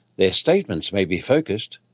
their statements may be focused,